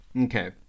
okay